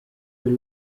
buri